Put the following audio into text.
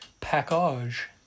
package